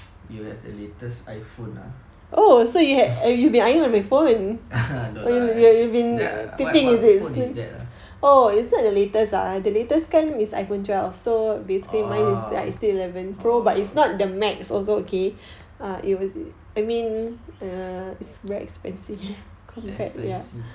you have the latest iphone lah no lah wha~ what phone is that ah orh orh expensive